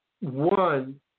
One